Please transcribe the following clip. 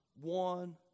one